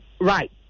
right